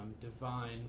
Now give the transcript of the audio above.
divine